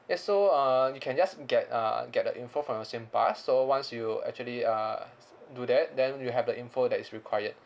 yes so uh you can just get uh get the info from your singpass so once you actually uh s~ do that then you'll have the info that is required